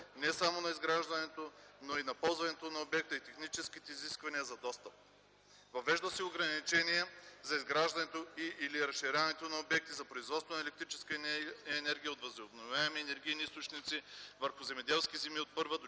не само на изграждането, но и на ползването на обекта и техническите изисквания за достъп. Въвежда се ограничение за изграждането и/или разширението на обекти за производство на електрическа енергия от възобновяеми енергийни източници върху земеделски земи от първа до